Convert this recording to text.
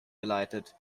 geleitet